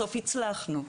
בסוף הצלחנו.